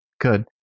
good